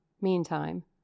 Meantime